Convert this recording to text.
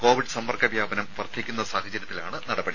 Covid സമ്പർക്ക വ്യാപനം വർദ്ധിക്കുന്ന സാഹചര്യത്തിലാണ് നടപടി